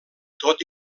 tot